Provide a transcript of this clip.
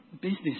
business